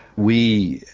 we,